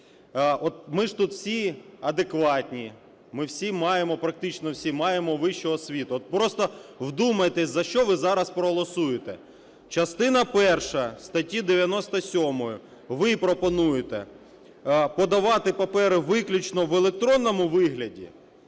ми ж тут всі адекватні, ми всі маємо, практично всі, маємо вищу освіту, от просто вдумайтесь, за що ви зараз проголосуєте. Частина перша статті 97 ви пропонуєте подавати папери виключно в електронному вигляді,